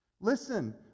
listen